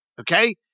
okay